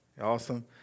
Awesome